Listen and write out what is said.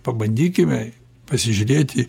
pabandykime pasižiūrėti